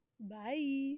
bye